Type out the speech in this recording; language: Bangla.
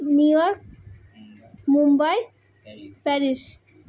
new York Mumbai Paris